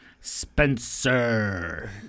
Spencer